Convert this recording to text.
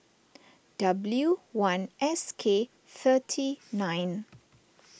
W one S K thirty nine